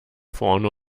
vorne